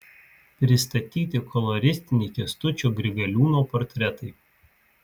pristatyti koloristiniai kęstučio grigaliūno portretai